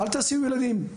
אל תסיעו ילדים".